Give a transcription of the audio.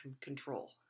control